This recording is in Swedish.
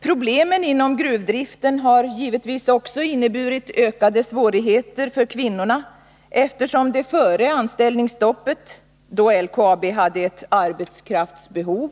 Problemen inom gruvdriften har givetvis också inneburit ökade svårigheter för kvinnorna, eftersom det före anställningsstoppet, då LKAB hade ett arbetskraftsbehov,